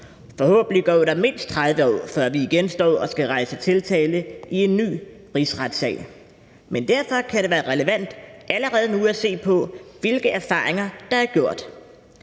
Forhåbentlig går der mindst 30 år, før vi igen står og skal rejse tiltale i en ny rigsretssag, men derfor kan det være relevant allerede nu at se på, hvilke erfaringer der er gjort.